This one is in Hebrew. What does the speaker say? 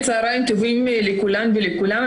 צוהריים טובים לכולן ולכולם.